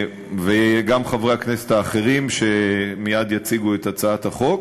וגם חברי הכנסת האחרים שמייד יציגו את הצעת החוק,